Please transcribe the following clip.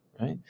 right